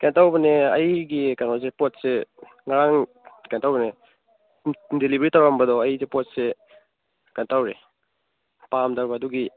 ꯀꯩꯅꯣ ꯇꯧꯕꯅꯦ ꯑꯩꯒꯤ ꯀꯩꯅꯣꯁꯦ ꯄꯣꯠꯁꯦ ꯉꯔꯥꯡ ꯀꯩꯅꯣ ꯇꯧꯕꯅꯦ ꯗꯤꯂꯤꯕꯔꯤ ꯇꯧꯔꯝꯕꯗꯣ ꯑꯩꯁꯦ ꯄꯣꯠꯁꯦ ꯀꯩꯅꯣ ꯇꯧꯔꯤ ꯄꯥꯝꯗꯕ ꯑꯗꯨꯒꯤ